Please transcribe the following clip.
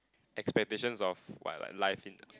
expectations of what like life in the